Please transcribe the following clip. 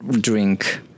drink